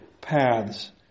paths